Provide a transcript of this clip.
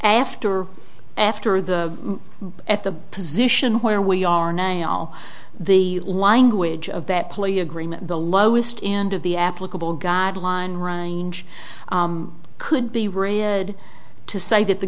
after after the at the position where we are now the language of that play agreement the lowest end of the applicable god line range could be re added to say that the